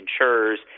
insurers